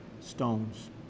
stones